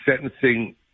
sentencing